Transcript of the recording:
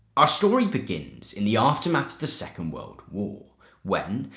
our story begins in the aftermath of the second world war when,